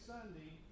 Sunday